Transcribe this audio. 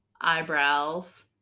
eyebrows